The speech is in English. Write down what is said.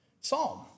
psalm